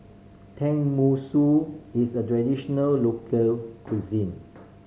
tenmusu is a traditional local cuisine